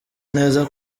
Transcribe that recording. neza